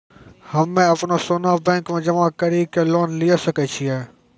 हम्मय अपनो सोना बैंक मे जमा कड़ी के लोन लिये सकय छियै?